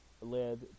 led